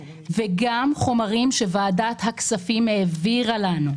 וגם חומרים שוועדת הכספים העבירה לנו.